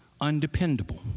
undependable